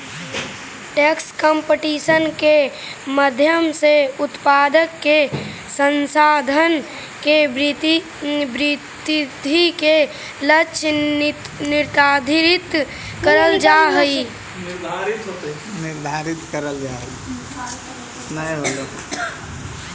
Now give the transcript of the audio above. tax competition के माध्यम से उत्पादन के संसाधन के वृद्धि के लक्ष्य निर्धारित करल जा हई